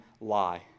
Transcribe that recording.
lie